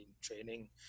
training